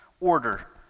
order